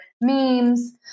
memes